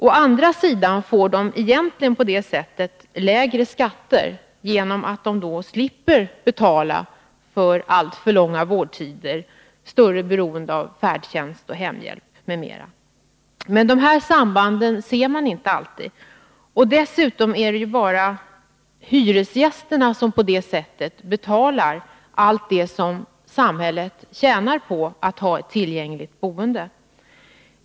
Å andra sidan får de egentligen på det sättet lägre skatter genom att de då slipper betala för alltför långa vårdtider, större beroende av färdtjänst och hemhjälp, m.m. Dessa samband ser man inte alltid. Dessutom är det bara hyresgästerna som på det sättet betalar för det som samhället tjänar på att ha ett tillgängligt boende.